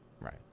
Right